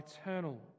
eternal